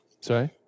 Sorry